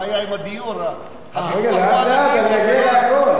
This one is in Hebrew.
הבעיה עם הדיור, רגע, לאט-לאט, אני אגיע לכול.